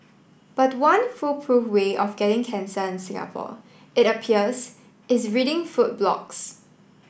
but one foolproof way of getting cancer in Singapore it appears is reading food blogs